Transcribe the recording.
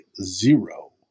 zero